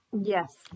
Yes